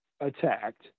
attacked